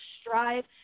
strive